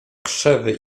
krzewy